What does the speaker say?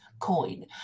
coin